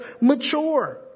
mature